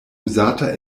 uzata